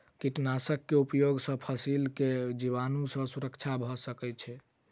कीटनाशक के उपयोग से फसील के जीवाणु सॅ सुरक्षा भअ सकै छै